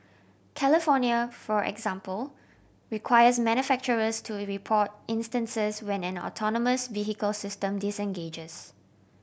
California for example requires manufacturers to report instances when an autonomous vehicle system disengages